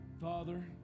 Father